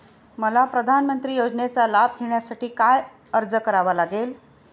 मला प्रधानमंत्री योजनेचा लाभ घेण्यासाठी काय अर्ज करावा लागेल?